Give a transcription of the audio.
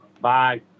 Bye